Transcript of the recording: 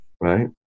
right